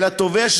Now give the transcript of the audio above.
אלא תובע,